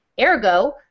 Ergo